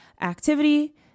activity